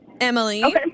Emily